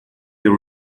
you